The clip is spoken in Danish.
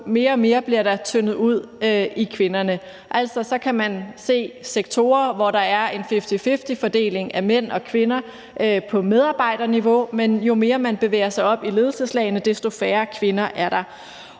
kommer, desto mere bliver der tyndet ud i kvinderne. Altså, man kan se sektorer, hvor der er en fifty-fifty-fordeling af mænd og kvinder på medarbejderniveau, men jo mere man bevæger sig op i ledelseslagene, desto færre kvinder er der.